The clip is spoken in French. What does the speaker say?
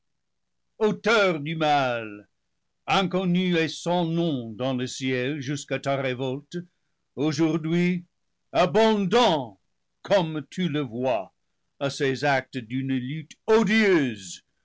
auteur du mal inconnu et sans nom dans le ciel jus qu'à ta révolte aujourd'hui abondant comme tu le vois à ces actes d'une lutte odieuse